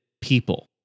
people